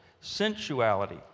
sensuality